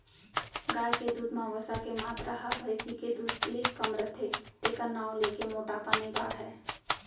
गाय के दूद म वसा के मातरा ह भईंसी के दूद ले कम रथे तेकर नांव लेके मोटापा नइ बाढ़य